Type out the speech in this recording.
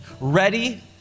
ready